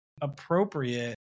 appropriate